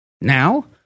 Now